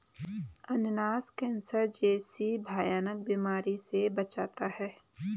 अनानास कैंसर जैसी भयानक बीमारी से बचाता है